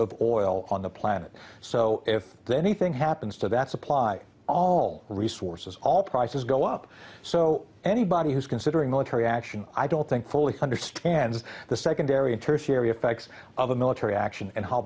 of oil on the planet so if anything happens to that supply all resources all prices go up so anybody who's considering military action i don't think fully understands the secondary and tertiary effects of a military action and how